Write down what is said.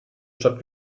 stadt